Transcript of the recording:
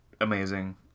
amazing